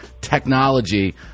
technology